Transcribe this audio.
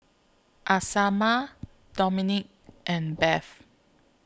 Isamar Domonique and Bev